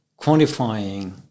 quantifying